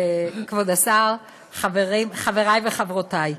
כבוד השר, חברי וחברותי,